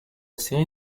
série